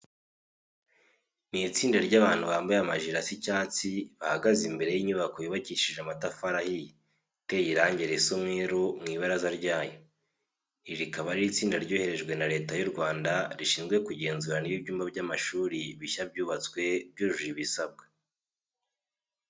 Ni itsinda ry'abantu bambaye amajire asa icyatsi, bahagaze imbere y'inyubako yubakishije amatafari ahiye, iteye irange risa umweru mu ibaraza ryayo. Iri rikaba ari itsinda ryoherejwe na Leta y'u Rwanda rishizwe kugenzura niba ibyumba by'amashuri bishya byubatswe byujuje ibisabwa.